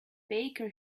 baker